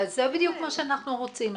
אז זה בדיוק מה שאנחנו רוצים.